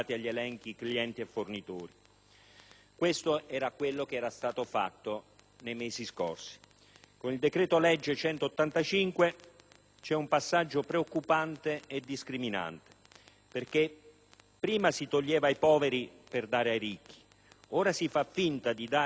Questo era quello che era stato fatto nei mesi scorsi. Il decreto-legge n. 185 in esame contiene un passaggio preoccupante e discriminante. Prima si toglieva ai poveri per dare ai ricchi; ora si fa finta di dare qualcosa e non si dà nulla.